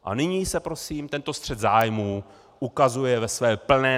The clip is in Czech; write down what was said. A nyní se prosím tento střet zájmů ukazuje ve své plné nahotě.